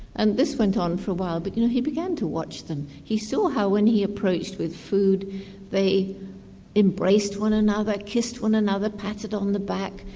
and this went on for a while but you know he began to watch them, he saw how when he approached with food they embraced one another, kissed one another, patted on the back,